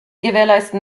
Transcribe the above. gewährleisten